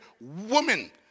woman